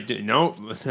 No